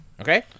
Okay